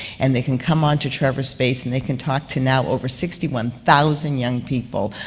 and they can come onto trevor space and they can talk to, now, over sixty one thousand young people,